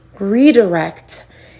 redirect